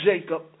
Jacob